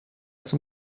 zum